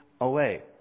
away